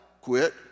quit